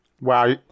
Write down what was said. Wow